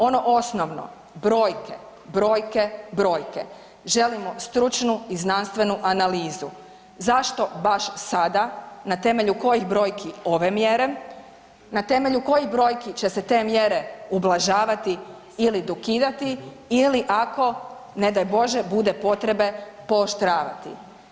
Ono osnovno, brojke, brojke, brojke želimo stručnu i znanstveni analizu, zašto baš sada na temelju kojih brojki ove mjere, na temelju kojih brojki će se te mjere ublažavati ili dokidati ili ako ne daj Bože bude potrebe pooštravati.